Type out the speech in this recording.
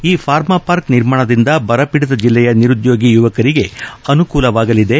ಈ pharma park ನಿರ್ಮಾಣದಿದ ಬರಪೀಡಿತ ಜಿಲ್ಲೆಯ ನಿರುದ್ಯೋಗಿ ಯುವಕರಿಗೆ ಅನುಕೂಲವಾಗಲಿದೆ